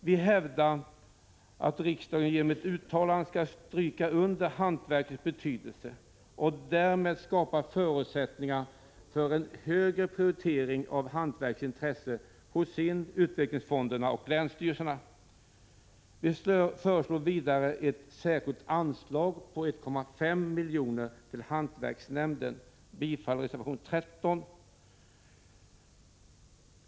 Vi hävdar att riksdagen genom ett uttalande skall stryka under hantverkets betydelse och därmed skapa förutsättningar för en högre prioritering av hantverkets intressen vad gäller SIND, utvecklingsfonderna och länsstyrelserna. Vidare föreslår vi ett anslag om 1,5 miljoner till hantverksnämnden. Jag yrkar bifall till reservation 14.